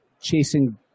chasing